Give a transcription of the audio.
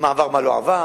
מה עבר ומה לא עבר,